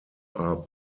are